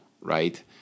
right